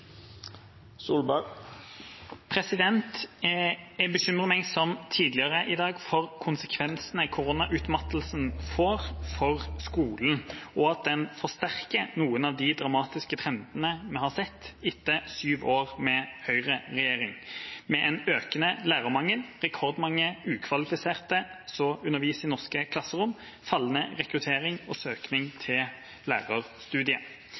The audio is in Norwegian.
konsekvensene koronautmattelsen får for skolen, og at den forsterker noen av de dramatiske trendene vi har sett etter syv år med høyreregjering, med en økende lærermangel, rekordmange ukvalifiserte som underviser i norske klasserom, og fallende rekruttering og søkning til lærerstudiet,